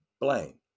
blame